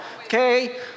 okay